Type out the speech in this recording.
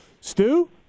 Stu